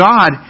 God